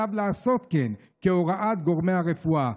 עליו לעשות כן כהוראת גורמי הרפואה.